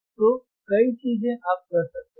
तो कई चीजें आप कर सकते हैं